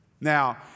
Now